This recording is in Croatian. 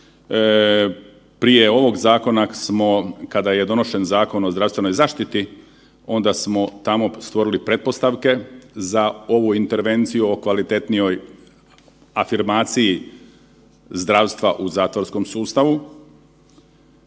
Prije ovog zakona smo kada je donošen Zakon o zdravstvenoj zaštiti onda smo tamo stvorili pretpostavke za ovu intervenciju o kvalitetnijoj afirmaciji zdravstva u zatvorskom sustavu